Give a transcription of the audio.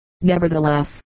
nevertheless